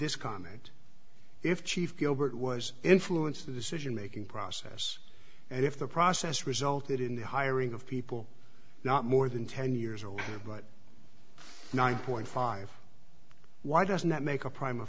this comment if chief gilbert was influenced the decision making process and if the process resulted in the hiring of people not more than ten years old but nine point five why doesn't that make a prime